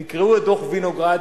תקראו את דוח-וינוגרד